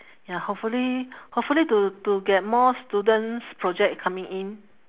ya hopefully hopefully to to get more students project coming in